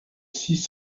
six